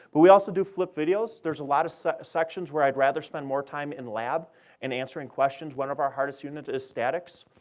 but we also do flip videos. there's a lot of so sections where i'd rather spend more time in lab and answering questions. one of our hardest units is statics.